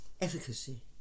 efficacy